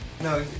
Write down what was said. No